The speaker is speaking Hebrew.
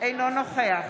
אינו נוכח